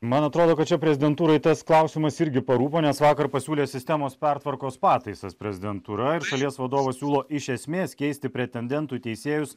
man atrodo kad čia prezidentūrai tas klausimas irgi parūpo nes vakar pasiūlė sistemos pertvarkos pataisas prezidentūra ir šalies vadovas siūlo iš esmės keisti pretendentų į teisėjus